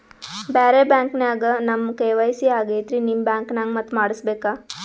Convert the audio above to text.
ಬ್ಯಾರೆ ಬ್ಯಾಂಕ ನ್ಯಾಗ ನಮ್ ಕೆ.ವೈ.ಸಿ ಆಗೈತ್ರಿ ನಿಮ್ ಬ್ಯಾಂಕನಾಗ ಮತ್ತ ಮಾಡಸ್ ಬೇಕ?